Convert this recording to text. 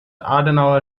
adenauer